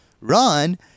run